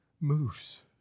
moves